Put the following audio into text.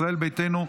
ישראל ביתנו,